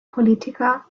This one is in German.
politiker